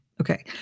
Okay